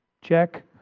check